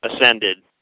ascended